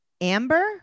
Amber